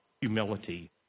humility